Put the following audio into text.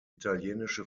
italienische